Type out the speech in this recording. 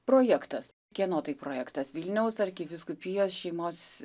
projektas kieno tai projektas vilniaus arkivyskupijos šeimos